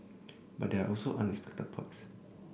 but there are also unexpected perks